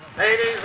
Ladies